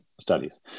studies